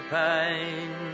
pain